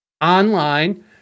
online